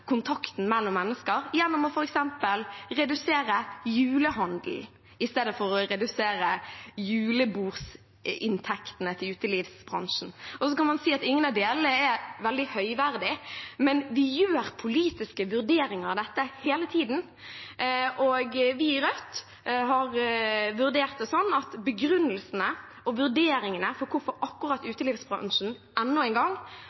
kontakten mellom mennesker, f.eks. gjennom å redusere julehandelen i stedet for å redusere julebordinntektene til utelivsbransjen. Så kan man si at ingen av delene er veldig høyverdige, men vi gjør politiske vurderinger av dette hele tiden. Vi i Rødt har vurdert det slik at begrunnelsene og vurderingene for hvorfor akkurat utelivsbransjen enda en gang